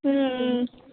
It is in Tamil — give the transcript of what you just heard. ம்ம்